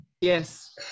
Yes